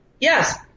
Yes